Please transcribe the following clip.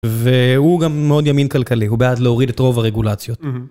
והוא גם מאוד ימין כלכלי, הוא בעד להוריד את רוב הרגולציות.